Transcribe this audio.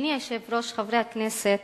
אדוני היושב-ראש, חברי הכנסת,